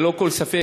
ללא כל ספק,